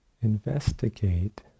investigate